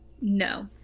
No